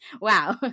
Wow